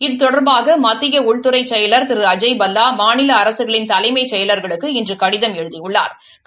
இது தொடர்பாக மத்திய உள்துறை செயலர் திரு அஜய் பல்லா மாநில அரசுகளின் தலைமைச் செயலா்களுக்கு இன்று கடிதம் எழுதியுள்ளாா்